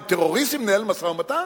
עם טרוריסטים ננהל משא-ומתן?